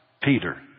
Peter